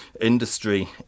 Industry